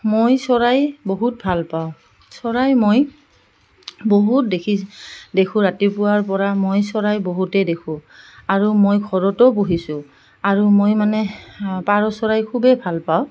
মই চৰাই বহুত ভাল পাওঁ চৰাই মই বহুত দেখি দেখোঁ ৰাতিপুৱাৰ পৰা মই চৰাই বহুতেই দেখোঁ আৰু মই ঘৰতো পুহিছোঁ আৰু মই মানে পাৰ চৰাই খুবেই ভাল পাওঁ